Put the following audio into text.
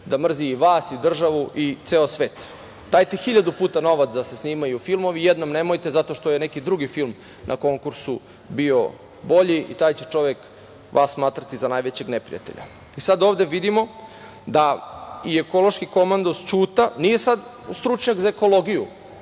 da mrzi i vas i državu i ceo svet. Dajte hiljadu puta novac da se snimaju filmovi, jednom nemojte, zato što je neki drugi film na konkursu bio bolji i taj će čovek vas smatrati za najvećeg neprijatelja. Sad ovde vidimo da i ekološki komandos Ćuta nije sad stručnjak za ekologiju,